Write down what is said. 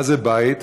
מה זה בית?